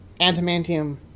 Antimantium